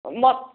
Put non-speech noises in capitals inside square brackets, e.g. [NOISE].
[UNINTELLIGIBLE]